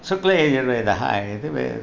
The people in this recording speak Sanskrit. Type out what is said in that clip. शुक्लयजुर्वेदः इति वेद्